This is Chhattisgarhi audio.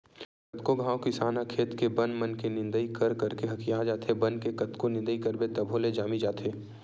कतको घांव किसान ह खेत के बन मन के निंदई कर करके हकिया जाथे, बन के कतको निंदई करबे तभो ले जामी जाथे